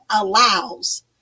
allows